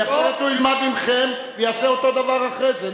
כי אחרת הוא ילמד מכם והוא יעשה אותו דבר אחרי זה.